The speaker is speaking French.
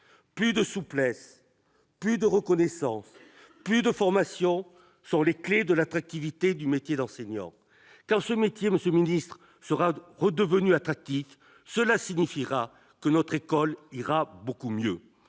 Plus de souplesse, plus de reconnaissance, plus de formation sont les clés de l'attractivité du métier d'enseignant. Quand ce métier sera redevenu attractif, ce sera le signe que notre école va beaucoup mieux.